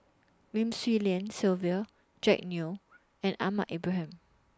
Lim Swee Lian Sylvia Jack Neo and Ahmad Ibrahim